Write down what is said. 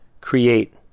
create